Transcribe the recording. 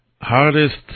hardest